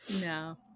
no